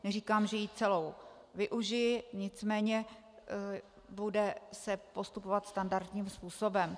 Neříkám, že ji celou využiji, nicméně bude se postupovat standardním způsobem.